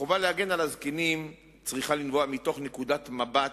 החובה להגן על הזקנים צריכה לנבוע מנקודת מבט